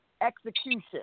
execution